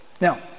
Now